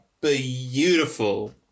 beautiful